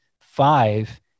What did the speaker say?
five